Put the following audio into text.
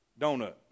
donut